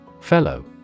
Fellow